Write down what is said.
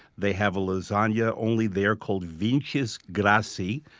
they have a lasagne ah only there called vincisgrassi,